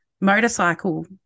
motorcycle